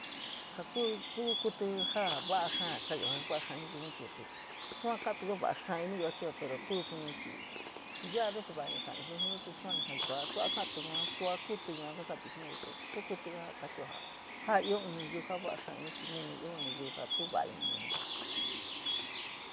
Jakuu tuu kuítí jaa va’a xaa ja ka’ayo, jaa va’a xaa ini nayiun chii chio sua katu ioo va’a xáá iniyo a chio, pero tuu suni chii, ya’a a veces te va’a ni ka’a nayiu yua jiro, te chua ni jaii tua sua ka’atu yua, sua kutu yua ka ka’a tiii jenaii a chio jaa io ín nayiu jaa va’a xaa iniii, nene ioo nayiu ja tu va’a ini suni.